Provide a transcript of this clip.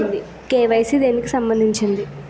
KYC దేనికి సంబందించింది?